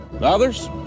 Others